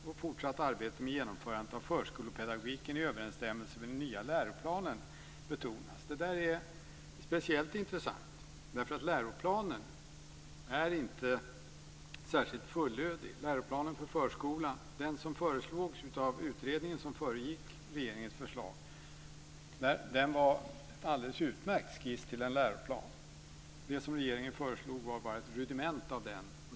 Ett fortsatt arbete med genomförandet av förskolepedagogiken i överensstämmelse med den nya läroplanen betonas. Det är speciellt intressant, därför att läroplanen inte är särskilt fullödig. Läroplanen för förskolan som föreslogs av utredningen som föregick regeringens förslag var en alldeles utmärkt skiss till en läroplan. Det som regeringen föreslog var bara ett rudiment av den.